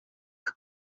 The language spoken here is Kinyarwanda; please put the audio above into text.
prof